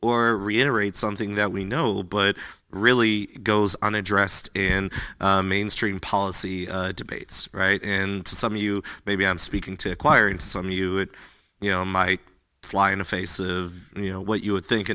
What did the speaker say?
or reiterate something that we know but really goes on addressed in mainstream policy debates right in some you maybe i'm speaking to acquiring some new it you know my fly in the face of you know what you would think